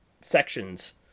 sections